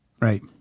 Right